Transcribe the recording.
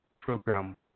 program